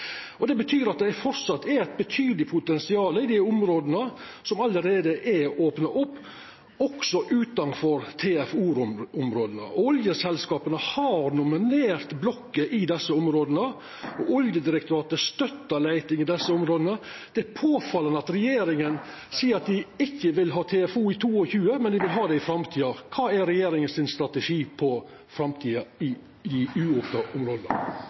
Det betyr at det framleis er eit betydeleg potensial i dei områda som allereie er opna opp, også utanfor TFO-områda. Oljeselskapa har nominert blokker i desse områda . Oljedirektoratet støttar leiting i desse områda. Då er det påfallande at regjeringa seier at dei ikkje vil ha TFO i 2022 , men i framtida. Kva er strategien til regjeringa når det gjeld framtida for ikkje-opna område?